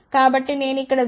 కాబట్టి నేను ఇక్కడ 0